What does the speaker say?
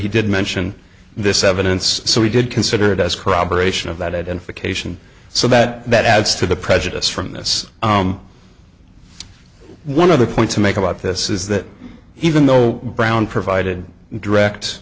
he did mention this evidence so we did consider it as corroboration of that and for cation so that adds to the prejudice from this one other point to make about this is that even though brown provided direct